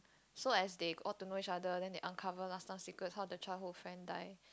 so as they got to know each other then they uncover last time secret how the childhood friend die